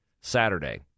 Saturday